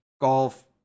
golf